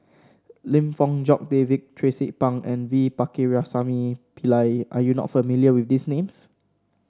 Lim Fong Jock David Tracie Pang and V Pakirisamy Pillai are you not familiar with these names